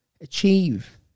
achieve